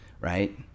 right